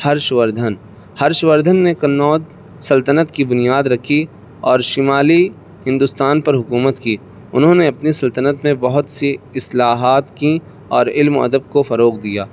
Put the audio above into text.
ہرش وردھن ہرش وردھن نے قنّوج سلطنت کی بنیاد رکھی اور شمالی ہندوستان پر حکومت کی انہوں نے اپنی سلطنت میں بہت سی اصلاحات کیں اور علم و ادب کو فروغ دیا